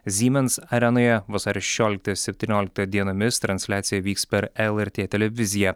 zymens arenoje vasario šešioliktą ir septynioliktą dienomis transliacija vyks per lrt televiziją